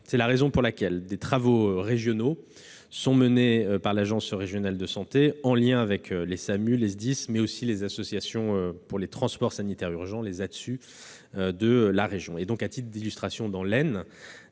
C'est la raison pour laquelle des travaux régionaux sont menés par l'ARS en lien avec les SAMU, les SDIS, mais aussi les associations des transports sanitaires urgents (ATSU) de la région. À titre d'illustration, dans l'Aisne,